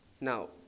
Now